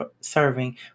serving